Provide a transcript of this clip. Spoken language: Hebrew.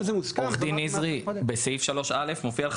אם זה מוזכר --- עורך דין נזרי בסעיף (3)(א) מופיע לך